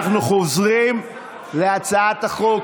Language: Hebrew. אנחנו חוזרים להצעת החוק.